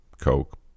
Coke